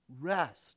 rest